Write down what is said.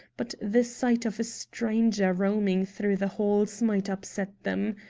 but the sight of a stranger roaming through the halls might upset them.